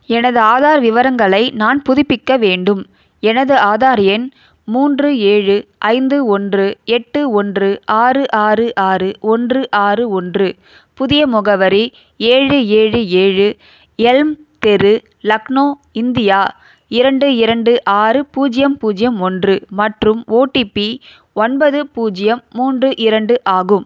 எனது ஆதார் விவரங்களை நான் புதுப்பிக்க வேண்டும் எனது ஆதார் எண் மூன்று ஏழு ஐந்து ஒன்று எட்டு ஒன்று ஆறு ஆறு ஆறு ஒன்று ஆறு ஒன்று புதிய முகவரி ஏழு ஏழு ஏழு எல்ம் தெரு லக்னோ இந்தியா இரண்டு இரண்டு ஆறு பூஜ்ஜியம் பூஜ்ஜியம் ஒன்று மற்றும் ஓடிபி ஒன்பது பூஜ்ஜியம் மூன்று இரண்டு ஆகும்